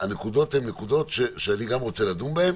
הנקודות הן נקודות שאני גם רוצה לדון בהן.